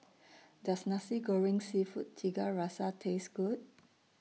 Does Nasi Goreng Seafood Tiga Rasa Taste Good